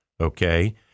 okay